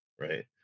right